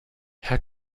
herr